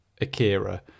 Akira